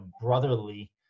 brotherly